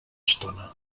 estona